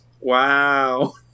Wow